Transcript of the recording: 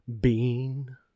Bean